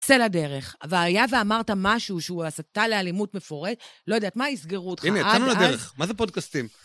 צא לדרך, אבל היה ואמרת משהו שהוא הסתה לאלימות מפורט, לא יודעת מה, יסגרו אותך. הנה, יצאנו לדרך, מה זה פודקאסטים?